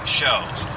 shows